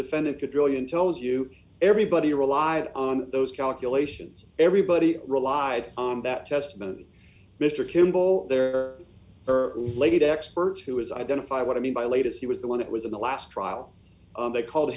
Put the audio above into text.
defendant cotillion tells you everybody relied on those calculations everybody relied on that testament mr kimball there are late experts who has identified what i mean by latest he was the one that was in the last trial they called